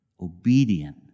obedient